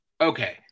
Okay